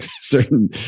certain